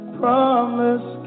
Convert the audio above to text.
promise